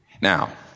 Now